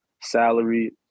salary